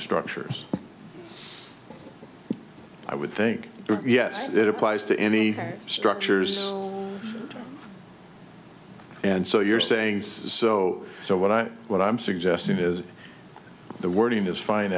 structures i would think yes it applies to any structures and so you're saying so so what i what i'm suggesting is the wording is fine